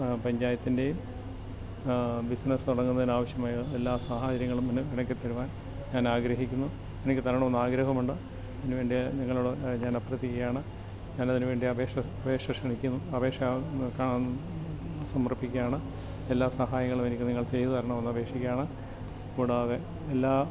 പഞ്ചായത്തിൻ്റെയും business തുടങ്ങുന്നതിനാവശ്യമായ എല്ലാ സാഹചര്യങ്ങളും മുന്നെ എനിക്ക് തരുവാൻ ഞാനാഗ്രഹിക്കുന്നു എനിക്ക് തരണമെന്ന് ആഗ്രഹമുണ്ട് അതിനുവേണ്ടി നിങ്ങളോട് ഞാൻ അഭ്യർത്ഥിക്കുകയാണ് ഞാനതിന് വേണ്ടി അപേക്ഷ അപേക്ഷ ക്ഷണിക്കുന്നു അപേക്ഷ സമർപ്പിക്കുകയാണ് എല്ലാ സഹായങ്ങളും എനിക്ക് നിങ്ങൾ ചെയ്തു തരണമെന്ന് അപേക്ഷിക്കുകയാണ് കൂടാതെ എല്ലാ